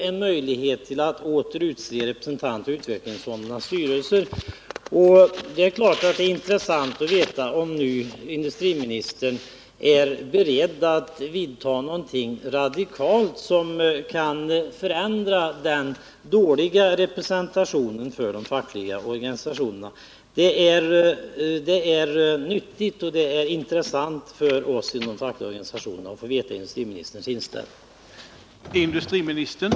Det nyss anförda visar att det till styrelsevalen för utvecklingsfonderna för den närmaste mandatperioden 1980-1982 icke kommer att bli någon vidgad rätt för aktuella organisationer att utse styrelserepresentanter i utvecklingsfonderna. Med hänvisning till det anförda anhåller jag att till industriministern få ställa följande fråga: